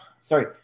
sorry